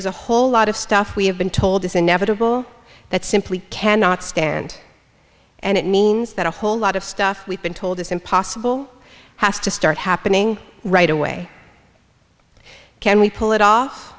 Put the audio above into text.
is a whole lot of stuff we have been told is inevitable that simply cannot stand and it means that a whole lot of stuff we've been told is impossible has to start happening right away can we pull it off